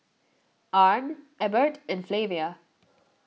Arne Ebert and Flavia